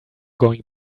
going